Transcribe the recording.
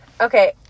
Okay